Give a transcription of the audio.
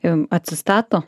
ir atsistato